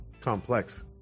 complex